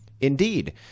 Indeed